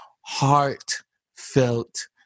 heartfelt